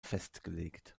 festgelegt